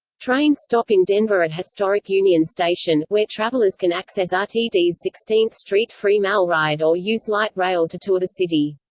trains stop in denver at historic union station, where travelers can access ah rtd's sixteenth street free mallride or use light rail to tour the city.